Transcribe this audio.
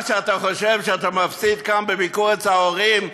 מה שאתה חושב שאתה מפסיד כאן בביקור אצל ההורים,